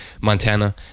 Montana